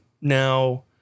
now